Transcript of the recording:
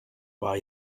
war